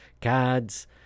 cards